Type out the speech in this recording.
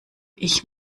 ich